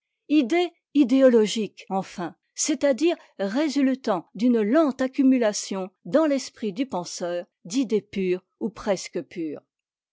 idée idéologique enfin c'est-à-dire résultant d'une lente accumulation dans l'esprit du penseur d'idées pures ou presque pures